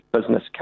business